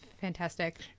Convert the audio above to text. fantastic